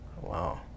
wow